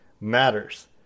matters